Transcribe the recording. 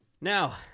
Now